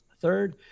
Third